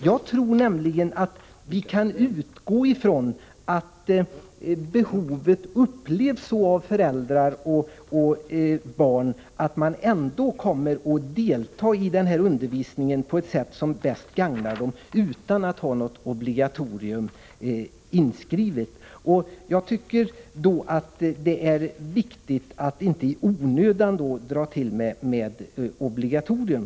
Jag tror nämligen att vi kan utgå ifrån att behovet av föräldrar och barn upplevs så, att de kommer att delta i undervisningen på det sätt som bäst gagnar dem utan att något obligatorium finns inskrivet. Jag tycker att det är viktigt att inte i onödan dra till med ett obligatorium.